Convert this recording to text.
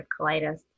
colitis